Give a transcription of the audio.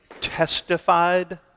testified